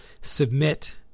submit